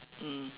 mm